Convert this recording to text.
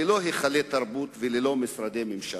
ללא היכלי תרבות וללא משרדי ממשלה.